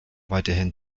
weiterhin